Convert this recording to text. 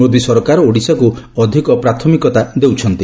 ମୋଦି ସରକାର ଓଡିଶାକୁ ଅଧିକ ପ୍ରାଥମିକତା ଦେଉଛନ୍ତି